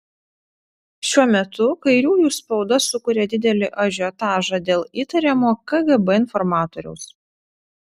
šiuo metu kairiųjų spauda sukuria didelį ažiotažą dėl įtariamo kgb informatoriaus